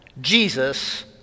Jesus